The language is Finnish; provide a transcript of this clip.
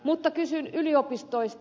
mutta kysyn yliopistoista